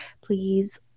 please